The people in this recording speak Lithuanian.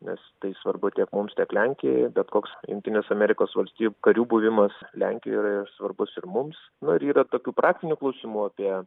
nes tai svarbu tiek mums tiek lenkijai bet koks jungtinės amerikos valstijų karių buvimas lenkijoje yra ir svarbus ir mums nu ir yra tokių praktinių klausimų apie